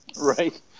Right